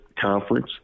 conference